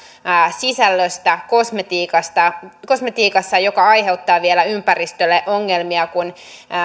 sisällöstä kosmetiikassa kosmetiikassa joka aiheuttaa vielä ympäristölle ongelmia kun